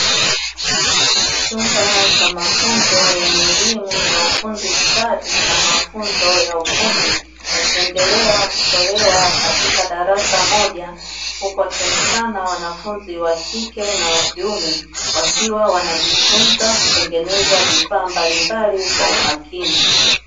Chumba cha mafunzo ya elimu ya ufundi stadi na mafunzo ya ufundi yakiendelea kutolewa katika darasa moja, huku wakionekana wanafunzi wa kike na wa kiume wakiwa wanajifunza kutengeneza vifaa mbalimbali kwa umakini.